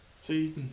See